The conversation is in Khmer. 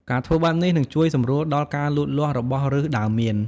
ការធ្វើបែបនេះ នឹងជួយសម្រួលដល់ការលូតលាស់របស់ឫសដើមមៀន។